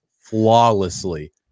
flawlessly